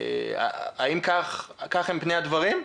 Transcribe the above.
האם כך הם פני הדברים?